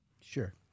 Sure